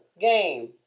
game